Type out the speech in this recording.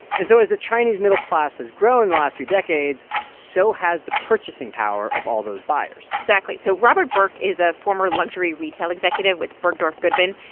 and so as the chinese middle class has grown in the last few decades, so has the purchasing power of all those buyers exactly. so robert burke is a former luxury retail executive with bergdorf goodman,